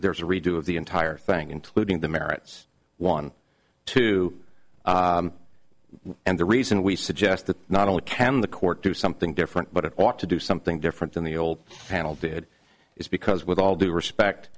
there is a redo of the entire thing including the merits one two and the reason we suggest that not only can the court do something different but it ought to do something different than the old panel did is because with all due respect